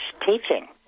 teaching